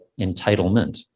entitlement